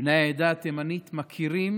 בני העדה התימנית, מכירים